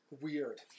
Weird